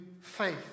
faith